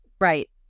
Right